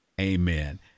Amen